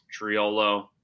Triolo